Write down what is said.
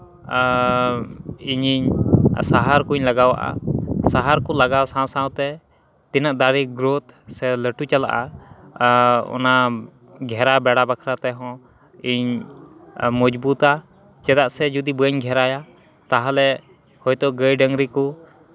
ᱟᱨ ᱤᱧᱤᱧ ᱥᱟᱦᱟᱨ ᱠᱚᱧ ᱞᱟᱜᱟᱣᱟᱜᱼᱟ ᱥᱟᱦᱟᱨ ᱠᱚ ᱞᱟᱜᱟᱣ ᱥᱟᱶ ᱥᱟᱶᱛᱮ ᱛᱤᱱᱟᱹᱜ ᱫᱟᱨᱮ ᱜᱨᱳᱫ ᱥᱮ ᱞᱟᱹᱴᱩ ᱪᱟᱞᱟᱜᱼᱟ ᱟᱨ ᱚᱟᱱ ᱜᱷᱮᱨᱟ ᱵᱮᱲᱟ ᱵᱟᱠᱷᱨᱟ ᱛᱮᱦᱚᱸ ᱤᱧ ᱢᱚᱡᱽᱵᱩᱫᱟ ᱪᱮᱫᱟᱜ ᱥᱮ ᱡᱩᱫᱤ ᱵᱟᱹᱧ ᱜᱷᱮᱨᱟᱭᱟ ᱛᱟᱦᱚᱞᱮ ᱦᱚᱭ ᱛᱚ ᱜᱟᱹᱭ ᱰᱟᱝᱨᱤ ᱠᱚ